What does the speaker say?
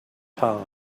time